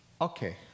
Okay